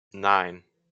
nine